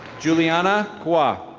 juliana qua.